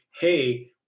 hey